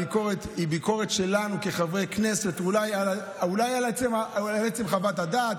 הביקורת היא ביקורת שלנו כחברי כנסת אולי על עצם חוות הדעת,